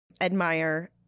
admire